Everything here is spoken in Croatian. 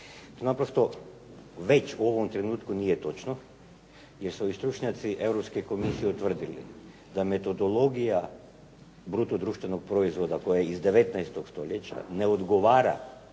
Naprosto već u ovom trenutku nije točno jer su ovi stručnjaci Europske komisije utvrdili da metodologija bruto društvenog proizvoda koja je iz 19. stoljeća ne odgovara